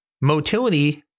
Motility